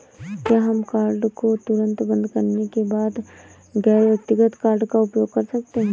क्या हम कार्ड को तुरंत बंद करने के बाद गैर व्यक्तिगत कार्ड का उपयोग कर सकते हैं?